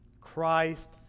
Christ